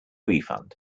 refund